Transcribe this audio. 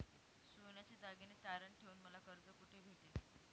सोन्याचे दागिने तारण ठेवून मला कर्ज कुठे भेटेल?